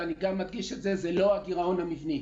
ואני מדגיש: זה לא הגירעון המבני.